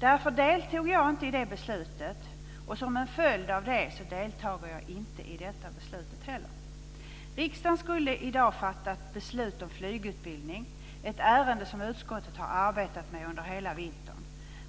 Därför deltog jag inte i beslutet, och som en följd av det deltar jag inte heller i detta beslut. Riksdagen skulle i dag ha fattat beslut om flygutbildningen, ett ärende som utskottet har arbetat med under hela vintern.